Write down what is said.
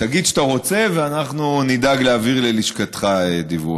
תגיד שאתה רוצה, ואנחנו נדאג להעביר ללשכתך דיווח.